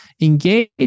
engage